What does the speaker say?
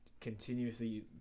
continuously